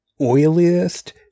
oiliest